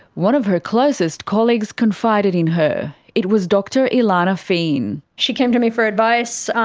one of her closest colleagues confided in her. it was dr ilana feain. she came to me for advice.